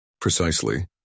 Precisely